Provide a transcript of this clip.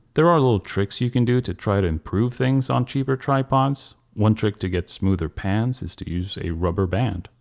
there are little tricks you can do to try to improve things on cheaper tripods. one trick to get smoother pans is to use a rubber band.